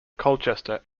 colchester